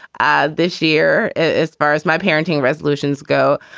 ah this year, as far as my parenting resolutions go,